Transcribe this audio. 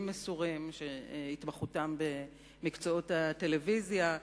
מסורים שהתמחותם במקצועות הטלוויזיה,